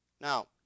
Now